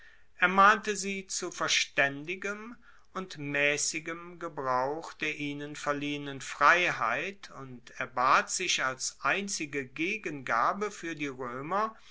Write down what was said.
ermahnte sie zu verstaendigem und maessigem gebrauch der ihnen verliehenen freiheit und erbat sich als einzige gegengabe fuer die roemer